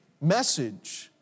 message